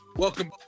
Welcome